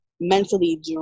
mentally